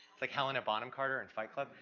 like helena bonham carter in fight club.